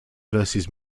versus